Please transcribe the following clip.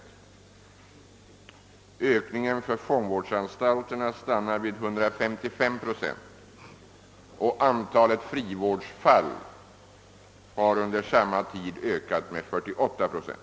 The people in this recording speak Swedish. Ökningen för fångvårdsanstalterna stannar vid 155 procent, och antalet frivårdsfall har under samma tid ökat med 48 procent.